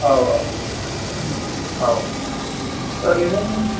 औ औ औ ओरैनो नों